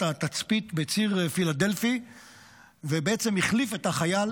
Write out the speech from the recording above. התצפית בציר פילדלפי והחליף את החייל